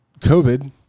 COVID